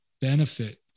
benefit